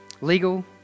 legal